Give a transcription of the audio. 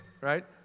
right